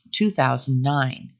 2009